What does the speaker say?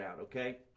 okay